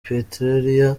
pretoria